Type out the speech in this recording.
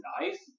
nice